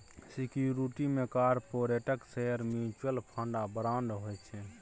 security मे कारपोरेटक share, mutual fund आ बांड होइ छै